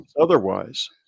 otherwise